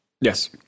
Yes